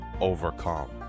overcome